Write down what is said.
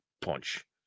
punch